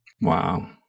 Wow